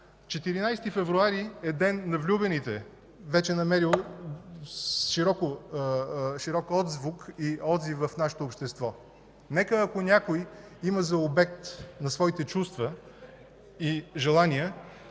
февруари е Ден на влюбените, вече намерил широк отзвук и отзив в нашето общество. Нека, ако някой има за обект на своите чувства и желания